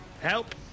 Help